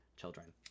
children